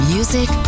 Music